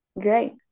great